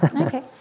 Okay